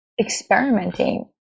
experimenting